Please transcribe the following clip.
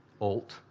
alt